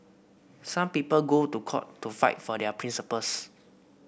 some people go to court to fight for their principles